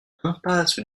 impasse